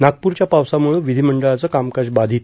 नागपूरच्या पावसाम्रछं विधिमंडळाचं कामकाज बाधित